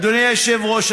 אדוני היושב-ראש,